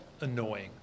annoying